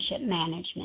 management